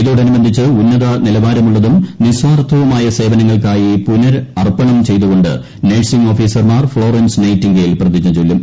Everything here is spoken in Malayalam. ഇതോടനുബന്ധിച്ച് ഉന്നത നിലവാരമുള്ളതും നിസ്വാർത്ഥവുമായ സേവനങ്ങൾക്കായി പുനരർപ്പണം ചെയ്തുകൊണ്ട് നഴ്സിംഗ് ഓഫീസർമാർ ഫ്ളോറൻസ് നൈറ്റിംഗേൽ പ്രതിജ്ഞ ചൊല്ലും